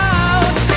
out